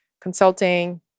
consulting